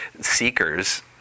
Seekers